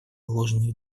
ложный